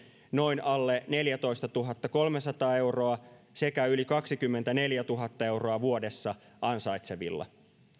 noin alle neljätoistatuhattakolmesataa euroa sekä yli kaksikymmentäneljätuhatta euroa vuodessa ansaitsevilla